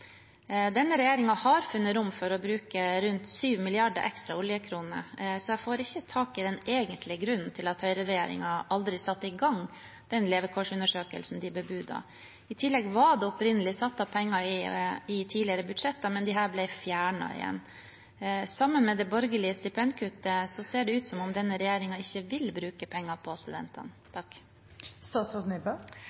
Denne regjeringen har funnet rom for å bruke rundt 7 mrd. ekstra oljekroner, så jeg får ikke tak i den egentlige grunnen til at høyreregjeringen aldri satte i gang den levekårsundersøkelsen de bebudet. I tillegg var det opprinnelig satt av penger i tidligere budsjetter, men disse ble fjernet igjen. Sammen med det borgerlige stipendkuttet ser det ut som om denne regjeringen ikke vil bruke penger på studentene.